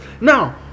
Now